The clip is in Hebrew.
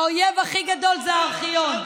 האויב הכי גדול זה הארכיון.